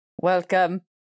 Welcome